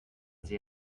sie